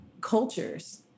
cultures